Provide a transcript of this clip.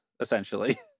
essentially